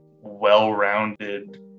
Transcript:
well-rounded